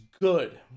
good